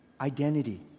identity